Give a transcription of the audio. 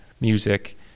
music